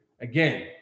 Again